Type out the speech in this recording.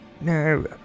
No